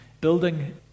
building